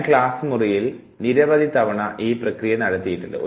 ഞാൻ ക്ലാസ് മുറിയിൽ നിരവധി തവണ ഈ പ്രക്രിയ നടത്തിയിട്ടുണ്ട്